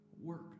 Work